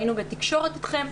והיינו בתקשורת אתכם.